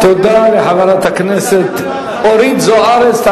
תודה לחברת הכנסת אורית זוארץ.